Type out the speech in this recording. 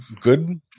good